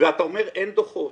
ואתה אומר "אין דו"חות".